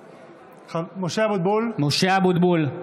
אבוטבול,